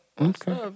Okay